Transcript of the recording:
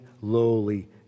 lowly